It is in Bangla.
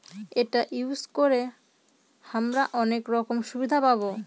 এটা ইউজ করে হামরা অনেক রকম সুবিধা পাবো